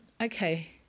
okay